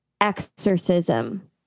exorcism